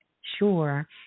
sure